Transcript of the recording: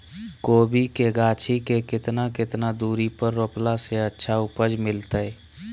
कोबी के गाछी के कितना कितना दूरी पर रोपला से अच्छा उपज मिलतैय?